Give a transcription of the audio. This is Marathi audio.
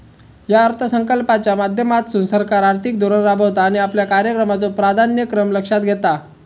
या अर्थसंकल्पाच्या माध्यमातसून सरकार आर्थिक धोरण राबवता आणि आपल्या कार्यक्रमाचो प्राधान्यक्रम लक्षात घेता